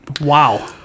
wow